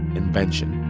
invention,